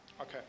okay